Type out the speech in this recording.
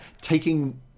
taking